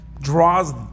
draws